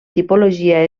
tipologia